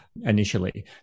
initially